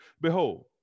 Behold